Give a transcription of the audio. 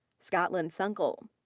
scotlyn sunkel.